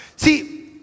See